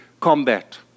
combat